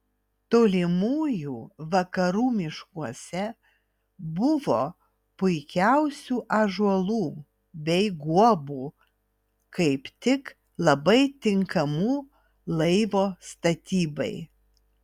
tolimųjų vakarų miškuose buvo puikiausių ąžuolų bei guobų kaip tik labai tinkamų laivo statybai